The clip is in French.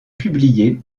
publié